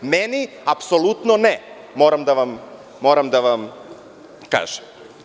Meni, apsolutno, ne, moram da vam kažem.